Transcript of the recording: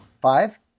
five